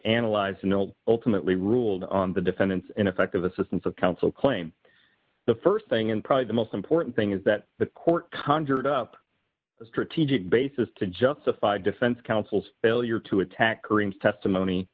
analyzed no ultimately ruled on the defendant's ineffective assistance of counsel claim the st thing and probably the most important thing is that the court conjured up a strategic basis to justify a defense counsel's failure to attack during testimony